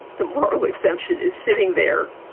the moral exemption is sitting there.